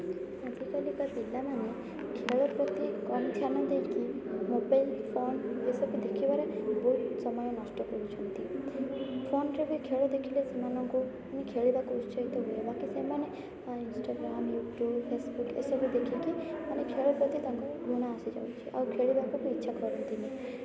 ଆଜିକାଲିକା ପିଲାମାନେ ଖେଳ ପ୍ରତି କମ ଧ୍ୟାନ ଦେଇକି ମୋବାଇଲ ଫୋନ ଏ ସବୁ ଦେଖିବାରେ ବହୁତ ସମୟ ନଷ୍ଟ କରୁଛନ୍ତି ଫୋନ୍ରେ ବି ଖେଳ ଦେଖିଲେ ସେମାନଙ୍କୁ ଏମିତି ଖେଳିବାକୁ ଉତ୍ସାହିତ ହୁଏ ବାକି ସେମାନେ ଇନ୍ଷ୍ଟାଗ୍ରାମ ୟୁ ଟ୍ୟୁବ ଫେସବୁକ ଏ ସବୁ ଦେଖିକି ମାନେ ଖେଳ ପ୍ରତି ତାଙ୍କର ଘୃଣା ଆସି ଯାଉଛି ଆଉ ଖେଳିବାକୁ ବି ଇଚ୍ଛା କରନ୍ତିନି